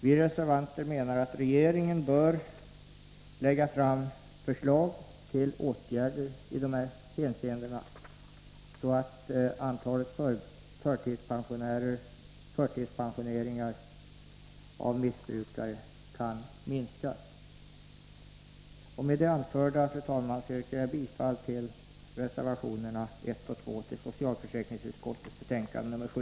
Vi reservanter menar att regeringen bör lägga fram förslag till åtgärder i de här hänseendena, så att antalet förtidspensioneringar av missbrukare kan minskas. Med det anförda, fru talman, yrkar jag bifall till reservationerna 1 och 2 till socialförsäkringsutskottets betänkande 7.